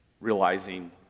realizing